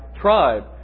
tribe